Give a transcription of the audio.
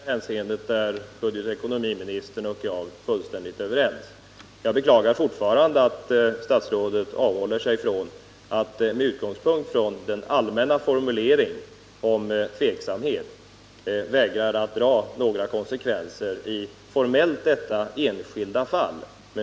Herr talman! I det sista hänseendet är budgetoch ekonomiministern och jag fullständigt överens. Jag beklagar fortfarande att statsrådet med utgångspunkt i den allmänna formuleringen om tveksamhet vägrar att dra några konsekvenser rent formellt när det gäller detta enskilda fall.